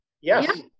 yes